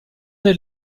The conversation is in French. des